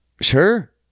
Sure